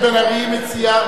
אני הצבעתי ודיברתי על זה.